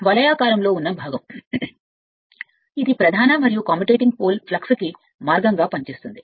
వలయాకారంలో ఉన్న భాగం ప్రధాన మరియు ప్రయాణించే పోల్ కమ్యుటేటింగ్ పోల్ ఫ్లక్స్ యొక్క మార్గంగా పనిచేస్తుంది